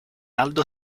aldo